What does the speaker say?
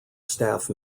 staff